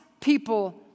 people